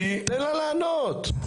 תן לה לענות.